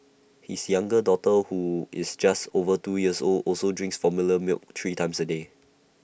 his younger daughter who is just over two years old also drinks formula milk three times A day